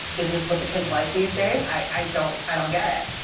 is this what the kids like these days? i don't, i don't get it.